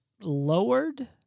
lowered